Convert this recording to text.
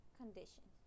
condition